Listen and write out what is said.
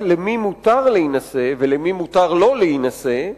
למי מותר להינשא ולמי לא מותר להינשא,